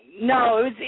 No